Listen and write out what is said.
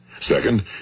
Second